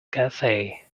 cafe